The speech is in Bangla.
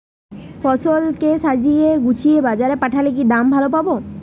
ফসল কে সাজিয়ে গুছিয়ে বাজারে পাঠালে কি দাম ভালো পাব?